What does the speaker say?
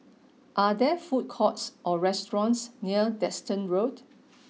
are there food courts or restaurants near Desker Road